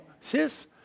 sis